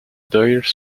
doyle